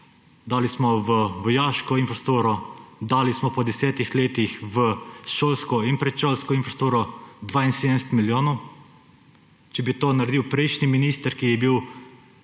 Dali smo v vojaško infrastrukturo, dali smo po 10 letih v šolsko in predšolsko infrastrukturo 72 milijonov. Če bi to naredil prejšnji minister, ki naj bi